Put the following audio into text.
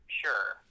sure